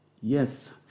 yes